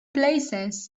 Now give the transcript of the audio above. places